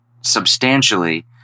substantially